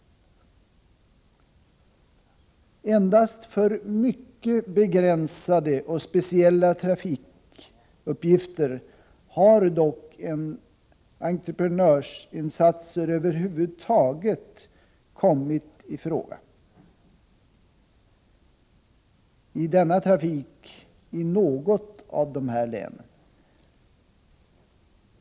Endast för mycket begränsade och speciella trafikuppgifter har dock entreprenörsinsatser över huvud taget kommit i fråga i denna trafik i något av dessa län.